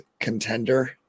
contender